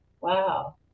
wow